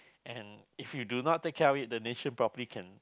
and if you do not take care of it the nation probably can